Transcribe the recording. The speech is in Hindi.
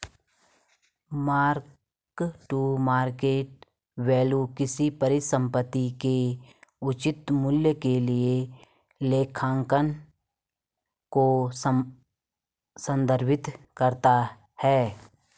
मार्क टू मार्केट वैल्यू किसी परिसंपत्ति के उचित मूल्य के लिए लेखांकन को संदर्भित करता है